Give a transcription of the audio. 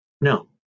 no